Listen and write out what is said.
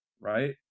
right